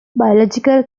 biological